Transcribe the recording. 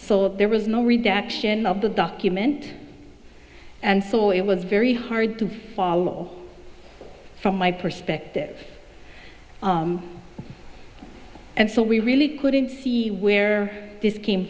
so there was no redaction of the document and saw it was very hard to follow from my perspective and so we really couldn't see where this came